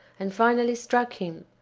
and finally struck him.